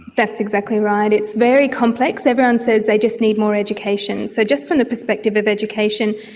that's exactly right, it's very complex, everyone says they just need more education. so just from the prospective of education,